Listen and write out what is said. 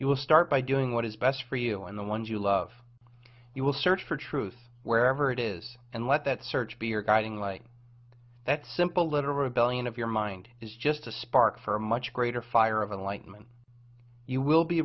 you will start by doing what is best for you and the ones you love you will search for truth wherever it is and let that search be your guiding light that simple little rebellion of your mind is just a spark for a much greater fire of enlightenment you will be